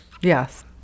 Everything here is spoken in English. yes